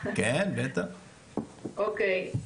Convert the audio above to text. אוקי,